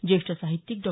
जेष्ठ साहित्यिक डॉ